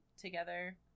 together